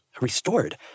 restored